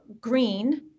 green